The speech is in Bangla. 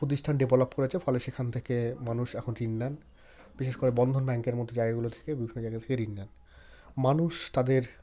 প্রতিষ্ঠান ডেভেলপ করেছে ফলে সেখান থেকে মানুষ এখন ঋণ নেন বিশেষ করে বন্ধন ব্যাংকের মতো জায়গাগুলো থেকে বিভিন্ন জায়গাগুলো থেকে ঋণ নেন মানুষ তাদের